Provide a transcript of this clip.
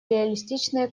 реалистичные